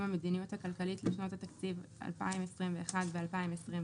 המדיניות הכלכלית לשנות התקציב 2021 ו-2022)